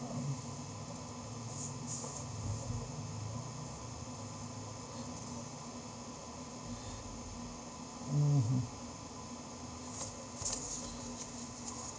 mm mmhmm